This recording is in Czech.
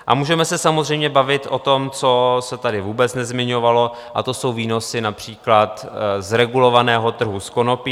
A můžeme se samozřejmě bavit o tom, co se tady vůbec nezmiňovalo, a to jsou výnosy například z regulovaného trhu s konopím.